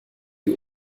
die